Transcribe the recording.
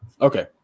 Okay